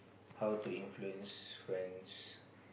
how to influence friends